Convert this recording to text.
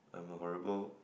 I am a horrible